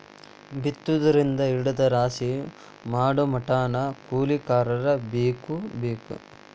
ಬಿತ್ತುದರಿಂದ ಹಿಡದ ರಾಶಿ ಮಾಡುಮಟಾನು ಕೂಲಿಕಾರರ ಬೇಕ ಬೇಕ